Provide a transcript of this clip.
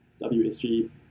WSG